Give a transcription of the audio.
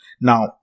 Now